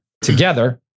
together